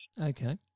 Okay